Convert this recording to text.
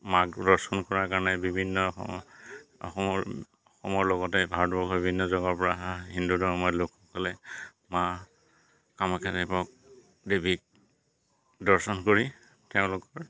মাক দৰ্শন কৰাৰ কাৰণে বিভিন্ন অসমৰ অসমৰ লগতে ভাৰতবৰ্ষৰ বিভিন্ন জেগৰপৰা অহা হিন্দু ধৰ্মৰ লোকসকলে মা কামাখ্যা দেৱক দেৱীক দৰ্শন কৰি তেওঁলোকৰ